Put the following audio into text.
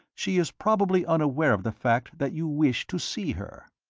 she is probably unaware of the fact that you wish to see her.